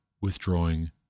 withdrawing